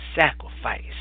sacrifice